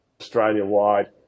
Australia-wide